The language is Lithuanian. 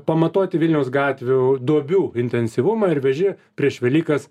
pamatuoti vilniaus gatvių duobių intensyvumą ir veži prieš velykas